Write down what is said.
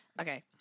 Okay